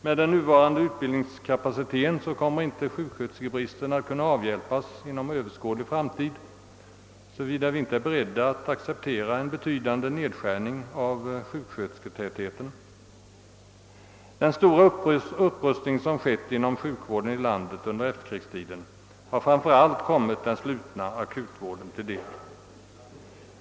Med den nuvarande utbildningskapaciteten kommer inte sjuksköterskebristen att kunna avhjälpas inom överskåd lig framtid, såvida vi inte är beredda att acceptera en betydande nedskärning av sjukskötersketätheten. Den stora upprustning som skett inom sjukvården under efterkrigstiden har framför allt kommit den slutna akutvården till del.